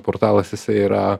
portalas jisai yra